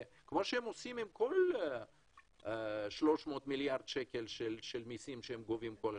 כמו שהם עושים עם כל ה-300 מיליארד שקל של מסים שהם גובים כל השנה.